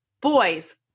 boys